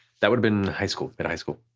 that would've been high school, at high school.